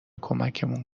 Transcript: کمکمون